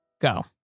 Go